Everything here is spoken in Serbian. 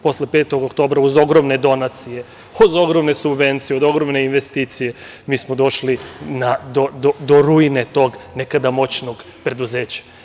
Posle 5. oktobra uz ogromne donacije, od ogromne subvencije, od ogromne investicije, mi smo došli do ruine tog nekada moćnog preduzeća.